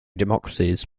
democracies